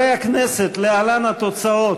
חברי הכנסת, להלן התוצאות: